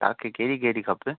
तव्हांखे कहिड़ी कहिड़ी खपे